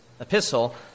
epistle